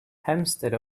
hempstead